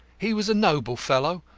he was a noble fellow,